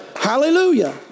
Hallelujah